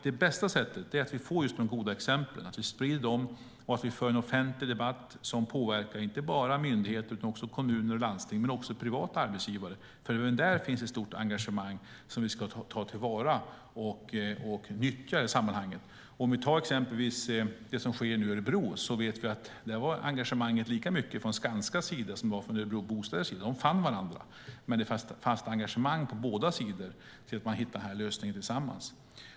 Det bästa sättet är att vi får just de goda exemplen och att vi sprider dem och för en offentlig debatt som påverkar inte bara myndigheter utan också kommuner och landsting och även privata arbetsgivare. Även där finns det ett stort engagemang som vi ska ta till vara och nyttja i sammanhanget. I exempelvis Örebro var engagemanget lika stort från Skanskas sida som från Örebro Bostäders sida. De fann varandra med ett fast engagemang på båda sidor och hittade den här lösningen tillsammans.